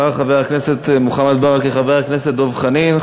אחרי חבר הכנסת מוחמד ברכה, חבר הכנסת דב חנין.